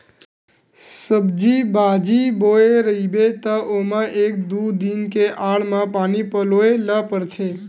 सब्जी बाजी बोए रहिबे त ओमा एक दू दिन के आड़ म पानी पलोए ल परथे